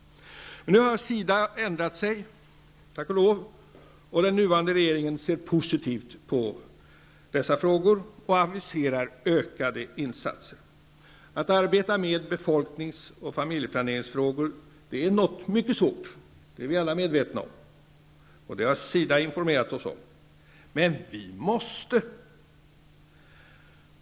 Men nu har SIDA ändrat sig, tack och lov, och den nuvarande regeringen ser positivt på dessa frågor och aviserar ökade insatser. Att arbeta med befolkningsoch familjeplaneringsfrågor är något mycket svårt, det är vi alla medvetna om -- och det har SIDA informerat oss om. Men vi måste.